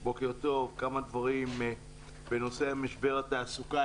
כמה דברים בנושא משבר התעסוקה.